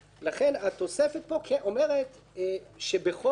לכן התוספת פה אומרת שבכל זאת,